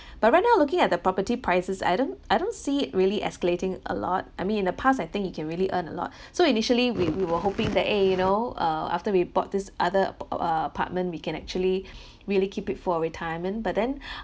but right now looking at the property prices I don't I don't see it really escalating a lot I mean in the past I think you can really earn a lot so initially we we were hoping that eh you know uh after we bought this other pe~ pe~ uh apartment we can actually really keep it for a retirement but then